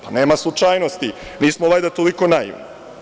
Pa, nema slučajnosti, nismo valjda toliko naivni.